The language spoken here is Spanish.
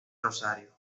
rosario